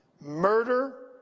murder